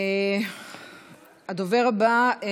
הדובר הבא,